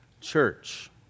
church